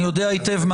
אני יודע היטב.